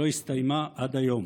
שלא הסתיימה עד היום.